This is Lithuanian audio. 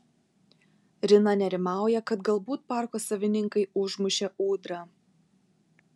rina nerimauja kad galbūt parko savininkai užmušė ūdrą